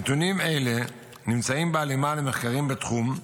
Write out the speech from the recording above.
נתונים אלו נמצאים בהלימה למחקרים בתחום,